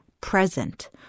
present